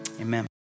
amen